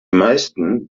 meisten